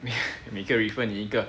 每个 refer 你一个